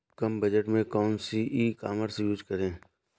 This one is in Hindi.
कम बजट में कौन सी ई कॉमर्स यूज़ करें?